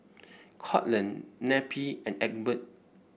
Courtland Neppie and Egbert